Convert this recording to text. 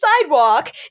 sidewalk